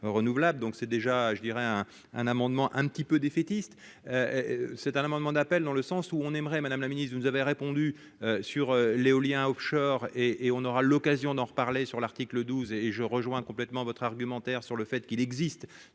donc c'est déjà, je dirais, hein, un amendement un petit peu défaitiste c'est un amendement d'appel dans le sens où on aimerait, Madame la Ministre, vous avez répondu sur l'éolien Offshore et et on aura l'occasion d'en reparler sur l'article 12 et et je rejoins complètement votre argumentaire sur le fait qu'il existe